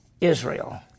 Israel